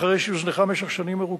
אחרי שהיא הוזנחה במשך שנים ארוכות.